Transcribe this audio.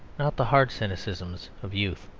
not the hard cynicism of youth.